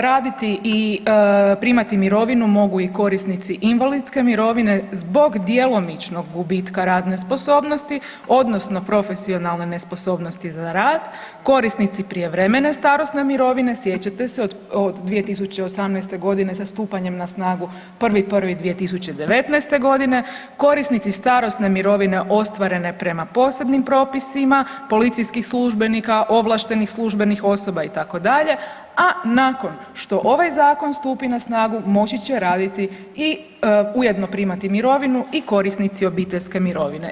raditi i primati mirovinu mogu i korisnici invalidske mirovine zbog djelomičnog gubitka radne sposobnosti odnosno profesionalne nesposobnosti za rad, korisnici prijevremene starosne mirovine, sjećate se od 2018.g. sa stupanjem na snagu 1.1.2019.g., korisnici starosne mirovine ostvarene prema posebnim propisima, policijskih službenika, ovlaštenih službenih osoba, itd., a nakon što ovaj zakon stupi na snagu moći će raditi i ujedno primati mirovinu i korisnici obiteljske mirovine.